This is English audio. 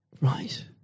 Right